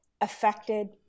affected